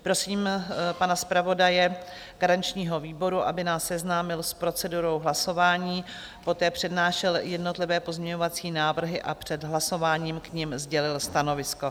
Prosím pana zpravodaje garančního výboru, aby nás seznámil s procedurou hlasování, poté přednášel jednotlivé pozměňovací návrhy a před hlasováním k nim sdělil stanovisko.